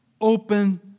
open